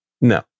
no